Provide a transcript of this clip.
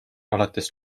alates